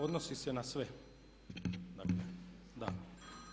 Odnosi se na sve, da.